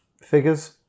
figures